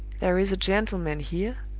there is a gentleman here,